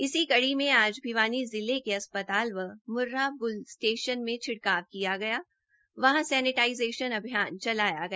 इसी कड़ी में आज भिवानी जिले के अस्पताल व मुर्राह बुल स्टेशन में छिड़काव किया गया तथा वहां सैनेटाइजेशन अभियान चलाया गया